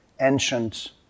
ancient